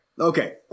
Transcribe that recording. Okay